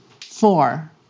four